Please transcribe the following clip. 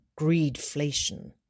greedflation